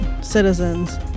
citizens